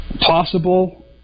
Possible